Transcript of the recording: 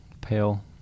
pale